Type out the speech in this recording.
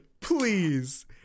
please